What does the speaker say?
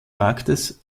marktes